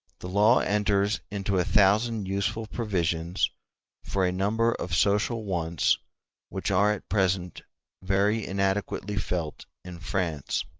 the law enters into a thousand useful provisions for a number of social wants which are at present very inadequately felt in france.